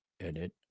Edit